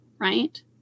right